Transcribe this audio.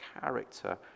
character